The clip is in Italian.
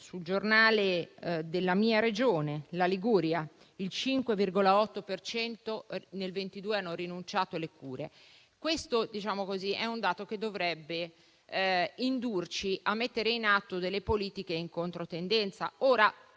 un giornale della mia Regione, la Liguria, il 5,8 per cento nel 2022 ha rinunciato alle cure. Questo dato dovrebbe indurci a mettere in atto delle politiche in controtendenza.